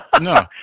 No